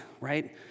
right